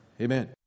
Amen